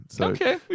Okay